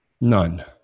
None